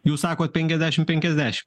jūs sakot penkiasdešim penkiasdešim